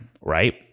right